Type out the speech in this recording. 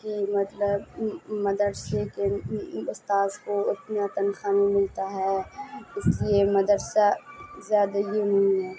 کہ مطلب مدرسے کے استاذ کو اتنا تنخواہ ملتا ہے اس لیے مدرسہ زیادہ یہ نہیں ہے